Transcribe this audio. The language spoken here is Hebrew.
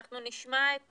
אנחנו נשמע את